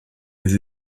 les